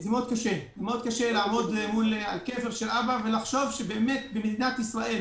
זה מאוד קשה לעמוד על קבר של אבא ולחשוב שבמדינת ישראל